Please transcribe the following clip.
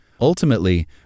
Ultimately